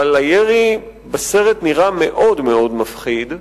אבל הירי בסרט נראה מפחיד.